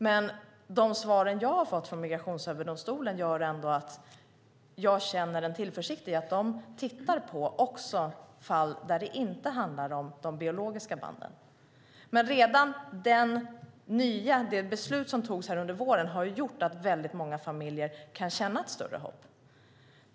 Men de svar jag har fått från Migrationsöverdomstolen gör ändå att jag känner en tillförsikt i att de också tittar på de fall där det inte handlar om de biologiska banden. Redan det beslut som togs här under våren har gjort att många familjer kan känna ett större hopp.